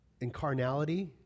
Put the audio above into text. incarnality